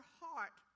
heart